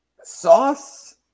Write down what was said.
Sauce